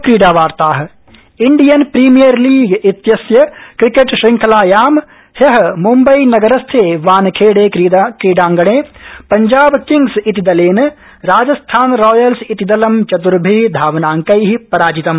क्रीडा वार्ताः Indian Premier League इत्यस्य क्रिकेट श्रंखलायां हयः मुम्बई नगरस्थे वानखेडे इति क्रीडाङ्गणे पंजाबकिंग्स इति दलेन राजस्थान रॉयल्स इति दलं चत्र्भि धावनांकैः पराजितम्